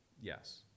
yes